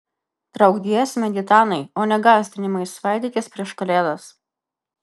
trauk giesmę gitanai o ne gąsdinimais svaidykis prieš kalėdas